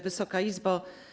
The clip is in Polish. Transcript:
Wysoka Izbo!